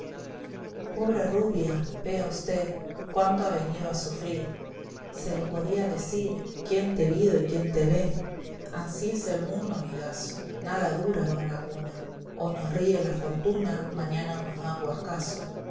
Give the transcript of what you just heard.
pobre rubia vea usté cuánto ha venido a sufrir se le podía decir quién te vido y quién te ve ansí es el mundo amigaso nada dura don laguna hoy nos ríe la fortuna mañana nos da un